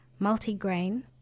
Multi-grain